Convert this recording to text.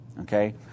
Okay